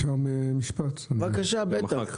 חבר הכנסת מקלב, בבקשה.